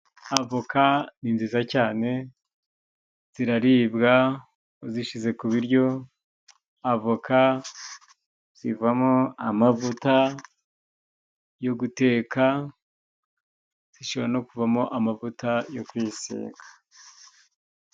Avoka ni nziza cyane ziraribwa uzishize ku biryo ,avoka zivamo amavuta yo guteka, zishobora no kuvamo amavuta yo kwisiga.